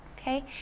okay